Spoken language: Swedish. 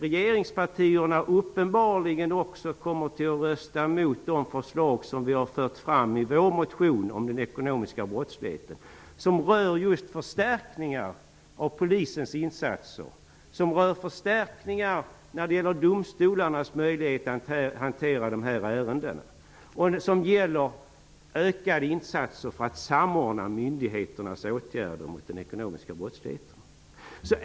Regeringspartierna kommer uppenbarligen också att rösta emot de förslag som vi fört fram i vår motion om den ekonomiska brottsligheten som rör förstärkningar av Polisens insatser, förstärkningar när det gäller domstolarnas möjlighet att hantera dessa ärenden och ökade insatser för att samordna myndigheternas åtgärder mot den ekonomiska brottsligheten.